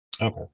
Okay